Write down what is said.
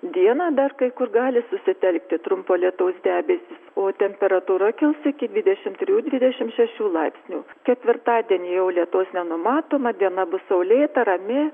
dieną dar kai kur gali susitelkti trumpo lietaus debesys o temperatūra kils iki dvidešim trijų dvidešim šešių laipsnių ketvirtadienį jau lietaus nenumatoma diena bus saulėta rami